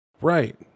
right